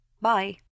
Bye